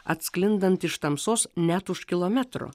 atsklindant iš tamsos net už kilometro